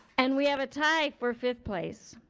and we have a tie for fifth place.